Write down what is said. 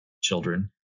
children